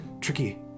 tricky